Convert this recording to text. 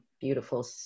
beautiful